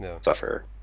suffer